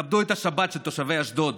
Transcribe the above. תכבדו את השבת של תושבי אשדוד,